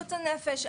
בריאות הנפש,